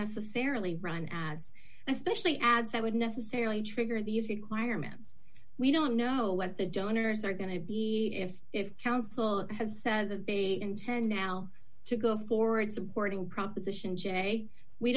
necessarily run ads especially ads that would necessarily trigger these requirements we don't know what the donors are going to be if if counsel has said that they intend now to go forward supporting proposition j we